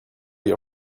your